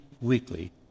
Weekly